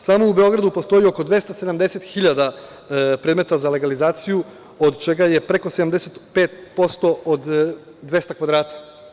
Samo u Beogradu postoji 270.000 predmeta za legalizaciju od čega je preko 75% od 200 kvadrata.